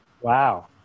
Wow